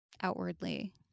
outwardly